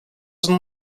some